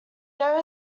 there